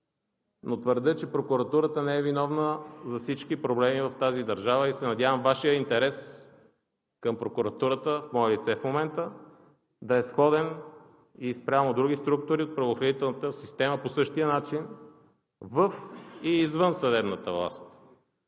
но твърдя, че прокуратурата не е виновна за всички проблеми в тази държава. Надявам се Вашият интерес към прокуратурата в мое лице в момента да е сходен и спрямо други структури от правоохранителната система по същия начин във и извънсъдебната власт.